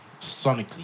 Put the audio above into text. sonically